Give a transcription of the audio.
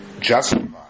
justified